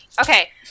Okay